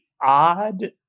odd